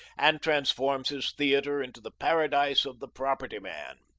and transforms his theatre into the paradise of the property-man.